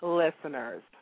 listeners